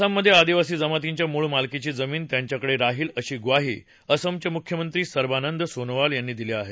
असममधे आदिवासी जमातींच्या मूळ मालकीची जमीन त्यांच्याकडे राहील अशी म्वाही असमचे मुख्यमंत्री सर्बानंद सोनोवाल यांनी दिली आहे